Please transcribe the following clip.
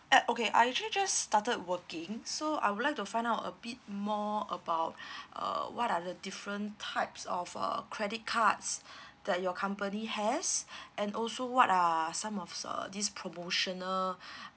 uh okay I actually just started working so I would like to find out a bit more about uh what are the different types of uh credit cards that your company has and also what are some of uh this promotional